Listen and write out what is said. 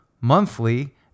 monthly